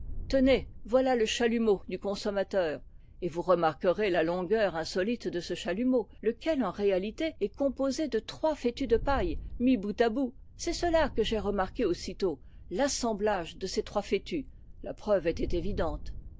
tenez voilà le chalumeau du consommateur et vous remarquerez la longueur insolite de ce chalumeau lequel en réalité est composé de trois fétus de paille mis bout à bout c'est cela que j'ai remarqué aussitôt l'assemblage de ces trois fétus la preuve était évidente